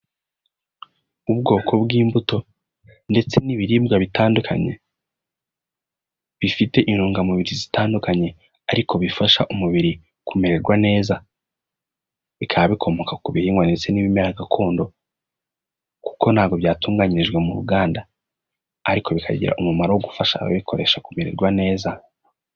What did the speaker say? Ubwoko bw'imbuto, ndetse n'ibiribwa bitandukanye, bifite intungamubiri zitandukanye, ariko bifasha umubiri kumererwa neza. Bikaba bikomoka ku bihingwa ndetse n'ibimera gakondo. Kuko ntabwo byatunganyirijwe mu ruganda. Ariko bikagira umumaro wo gufasha ababikoresha kumererwa neza.